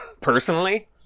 Personally